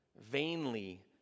vainly